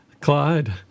Clyde